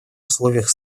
условиях